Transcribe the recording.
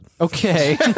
Okay